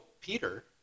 peter